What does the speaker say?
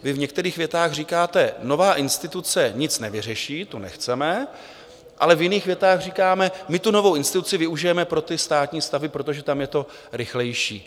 Vy v některých větách říkáte: Nová instituce nic nevyřeší, to nechceme, ale v jiných větách říkáme: My tu novou instituci využijeme pro státní stavby, protože tam je to rychlejší.